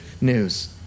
news